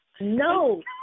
No